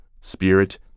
spirit